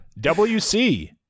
WC